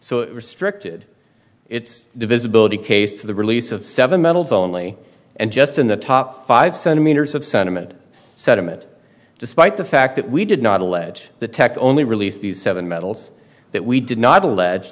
it restricted its divisibility case to the release of seven medals only and just in the top five centimeters of sentiment sentiment despite the fact that we did not allege the tech only release these seven metals that we did not allege